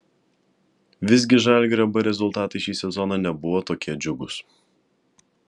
visgi žalgirio b rezultatai šį sezoną nebuvo tokie džiugūs